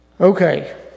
Okay